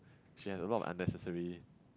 she has a lot of unnecessary